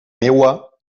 meua